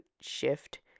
shift